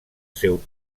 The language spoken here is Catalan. seu